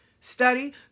study